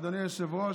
אדוני היושב-ראש,